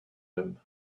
him